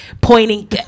pointing